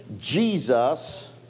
Jesus